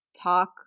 talk